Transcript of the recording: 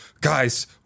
Guys